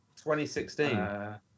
2016